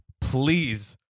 please